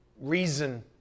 reason